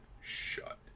shut